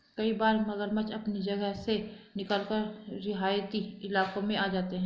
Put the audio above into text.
कई बार मगरमच्छ अपनी जगह से निकलकर रिहायशी इलाकों में आ जाते हैं